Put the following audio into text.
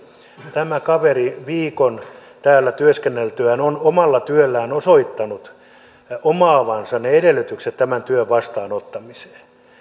tämä kaveri viikon täällä työskenneltyään on omalla työllään osoittanut omaavansa ne edellytykset tämän työn vastaanottamiseen